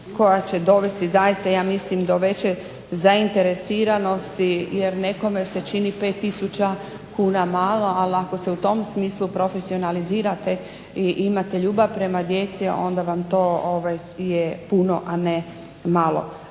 koja će dovesti zaista ja mislim do veće zainteresiranosti jer nekome se čini 5000 kuna malo, ali ako se u tom smislu profesionalizirate i imate ljubav prema djeci onda vam to je puno, a ne malo.